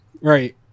Right